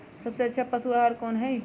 सबसे अच्छा पशु आहार कोन हई?